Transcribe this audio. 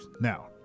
now